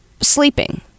Sleeping